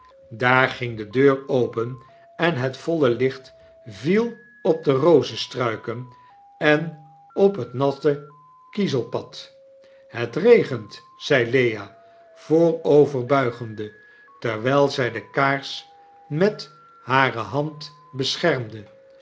daar ging de deur open en het voile licht viel op de rozestruiken en op het natte kiezelpad het regent zeide lea vooroverbuigende juffrouw lirrtper en hare commentsalen terwgl zy de kaars met hare hand beschermde